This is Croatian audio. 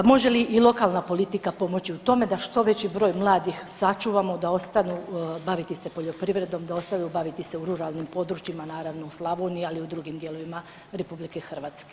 Može li i lokalna politika pomoći u tome da što veći broj mladih sačuvamo, da ostanu baviti se poljoprivredom, da ostanu baviti se u ruralnim područjima naravno u Slavoniji, ali i u drugim dijelovima RH?